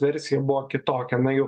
versija buvo kitokia na jau